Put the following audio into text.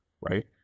right